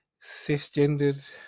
cisgendered